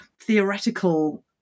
theoretical